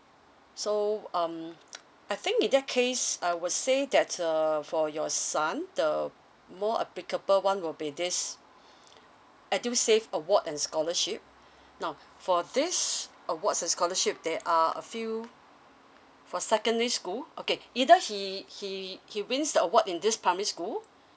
so um I think in that case I would say that uh for your son the more applicable one will be this EDUSAVE award and scholarship now for this award and scholarship there are a few for secondary school okay either he he he wins the award in this primary school